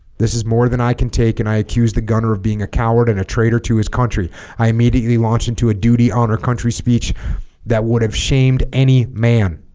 this is more than i can take and i accuse the gunner of being a coward and a traitor to his country i immediately launched into a duty honor country speech that would have shamed any man